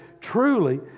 Truly